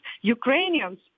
Ukrainians